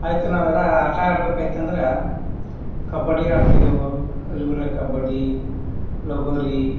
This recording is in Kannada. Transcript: ಆಯಿತು ನಾವೆಲ್ಲಾ ಆಟ ಆಡ್ಬೇಕಾಯ್ತು ಅಂದ್ರೆ ಕಬಡ್ಡಿ ಆಡ್ತಿದ್ದೆವು ಎಲ್ಗುರ ಕಬಡ್ಡಿ ಲಗೋರಿ